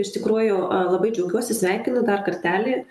iš tikrųjų a labai džiaugiuosi sveikinu dar kartelį